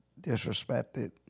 disrespected